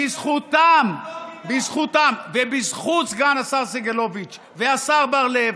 בזכותם ובזכות סגן השר סגלוביץ' והשר בר לב